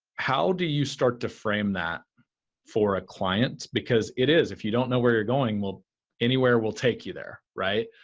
how do you start to frame that for clients because it is if you don't know where you're going, anywhere will take you there, right?